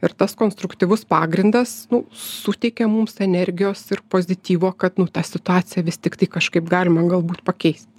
ir tas konstruktyvus pagrindas nu suteikia mums energijos ir pozityvo kad nu tą situaciją vis tiktai kažkaip galima galbūt pakeist